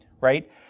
right